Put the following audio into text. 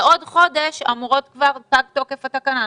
בעוד חודש אמור לפוג תוקף התקנה.